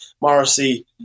Morrissey